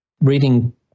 reading